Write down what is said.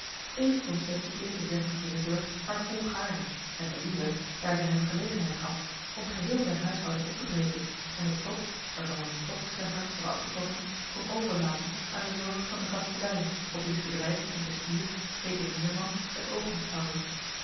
deze concessie deed de heer van kenenburg haar volgaarne en te liever daar zij hem gelegenheid gaf om geheel zijne huishouding op te breken en het slot waarvan hij nu toch zijn hart had afgetrokken kon overlaten aan de zorg van den kastelein op wiens bedrijf een bestier schepen meerman het oog moest houden